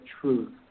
truth